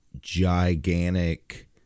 gigantic